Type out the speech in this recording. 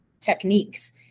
techniques